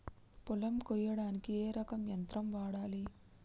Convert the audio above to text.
పొలం కొయ్యడానికి ఏ రకం యంత్రం వాడాలి?